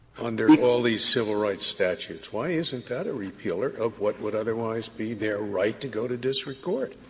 under all these civil rights statutes? why isn't that a repealer of what would otherwise be their right to go to district court?